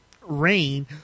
Rain